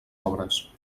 obres